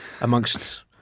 Amongst